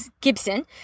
Gibson